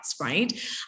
right